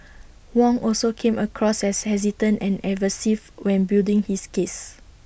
Wong also came across as hesitant and evasive when building his case